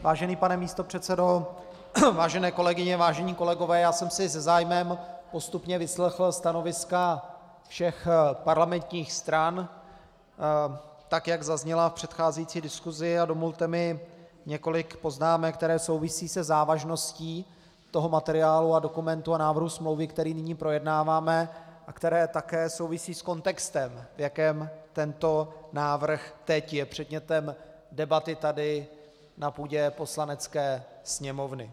Vážený pane místopředsedo, vážené kolegyně, vážení kolegové, já jsem si se zájmem postupně vyslechl stanoviska všech parlamentních stran, tak jak zazněla v předcházející diskusi, a dovolte mi několik poznámek, které souvisejí se závažností materiálu a dokumentu a návrhu smlouvy, který nyní projednáváme, a které také souvisí s kontextem, v jakém tento návrh teď je předmětem debaty tady na půdě Poslanecké sněmovny.